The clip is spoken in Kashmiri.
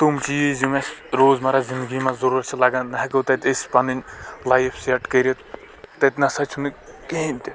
تِم چیٖز یِم اَسہِ روزمرٕ زِنٛدگی منٛز ضروٗرتھ چھِ لگان نہٕ ہٮ۪کو تَتہِ أسۍ پنٕنۍ لایف سٮ۪ٹ کٔرِتھ تَتہِ نَسا چھِنہٕ کِہیٖنٛۍ تہِ